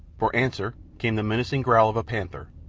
for answer came the menacing growl of a panther,